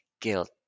guilt